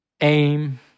aim